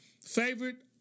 Favorite